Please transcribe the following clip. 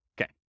Okay